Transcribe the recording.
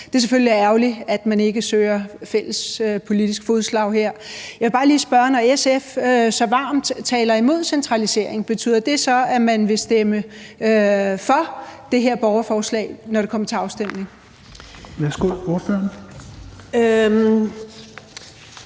ærgerligt, at man ikke søger fælles politisk fodslag her. Jeg vil bare lige spørge: Når SF så varmt taler imod centralisering, betyder det så, at man vil stemme for det her borgerforslag, når det kommer til afstemning? Kl. 16:09 Tredje